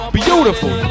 beautiful